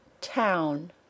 town